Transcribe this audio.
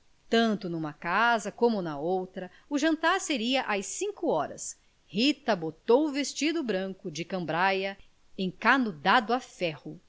tanto numa casa como na outra o jantar seria às cinco horas rita botou vestido branco de cambraia encanudado a ferro